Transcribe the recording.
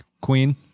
queen